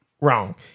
Wrong